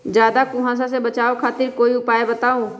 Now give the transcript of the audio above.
ज्यादा कुहासा से बचाव खातिर कोई उपाय बताऊ?